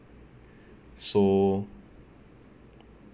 so